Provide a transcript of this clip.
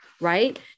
right